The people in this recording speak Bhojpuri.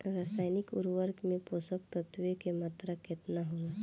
रसायनिक उर्वरक मे पोषक तत्व के मात्रा केतना होला?